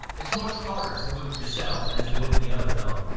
it's much harder to whip yourself than to whip the other fellow,